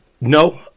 No